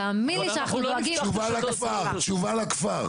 תאמין לי שאנחנו דואגים --- תשובה לכפר.